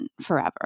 forever